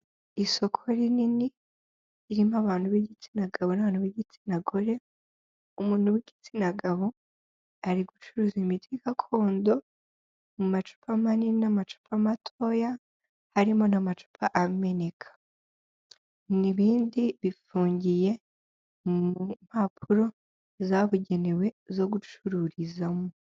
Isoko rinini, irimo abantu b'igitsina gabo n'abantu b'igitsina gore, umuntu w'igitsina gabo ari gucuruza imiti gakondo mu macupa manini n'amacupa matoya, harimo n'amacupa ameneka. N'ibindi bifungiye mu mpapuro zabugenewe zo gucururizamo.